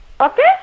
Okay